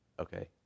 Okay